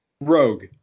Rogue